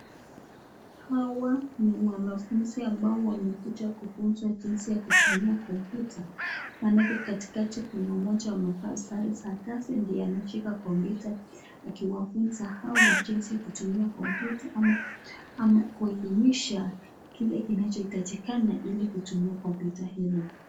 Hawa ni wanafunzi wamekuja kufunxwa jinzi ya kutumia computer manake katikati Kuna moja amefaa sare za kazi ndio ameshika computer akifumza wengine jinzi ya kutumia computer ama kuwahelimisha Ile kinachotakikana Kwa computer hilo.